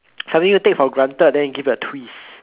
something you take for granted then you give it a twist